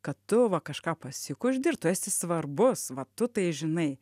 kad tu va kažką pasikuždi ir tu esi svarbus va tu tai žinai